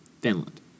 Finland